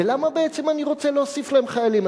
ולמה בעצם אני רוצה להוסיף להם חיילים?